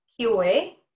QA